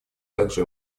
также